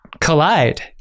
collide